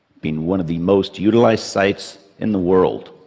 being one of the most utilized sites in the world.